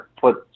put